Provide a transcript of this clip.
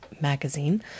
magazine